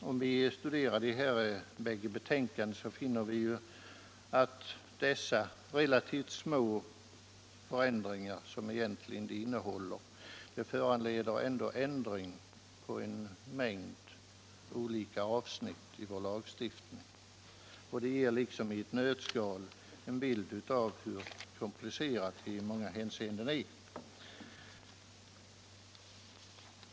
Om vi studerar de båda föreliggande betänkandena finner vi att de relativt små förändringar som där görs föranleder ändringar på en mängd olika avsnitt i vår lagstiftning. Det ger i ett nötskal en bild av hur komplicerad lagstiftningen i många hänseenden är.